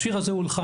השיר הזה הולחן,